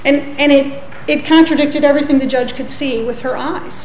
and it it contradicted everything the judge could see with her eyes